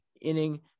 inning